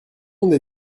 monde